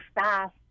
fast